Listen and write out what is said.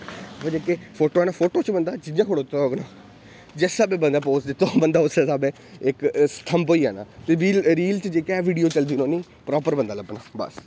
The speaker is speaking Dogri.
ते एह् जेह्के फोटो न फोटो च बंदा जियां खड़ोते दा जिस स्हाबै दे बंदे पोज़ दित्ते दा बंदा उस स्हाबै दे इक्क ओह् रील च जेह्का ओह् वीडियो चलदी रौह्नी प्रॉपर बंदा लब्भना बस